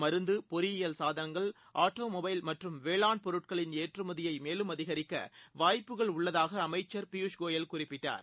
மருந்து பொறியியல் சாதனங்கள் ஆட்டோமொடைல் மற்றும் வேளாண் பொருட்களின் ஏற்றுமதியை மேலும் அதிகரிக்க வாய்ப்புகள் உள்ளதாக அமைச்சர் பியூஷ் கோயல் குறிப்பிட்டார்